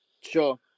Sure